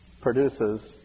produces